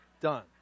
done